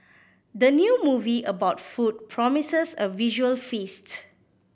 the new movie about food promises a visual feast